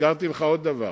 הזכרתי לך עוד דבר